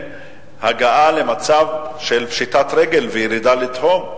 הגעה למצב של פשיטת רגל וירידה לתהום.